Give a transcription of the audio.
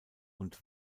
und